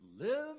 live